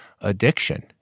addiction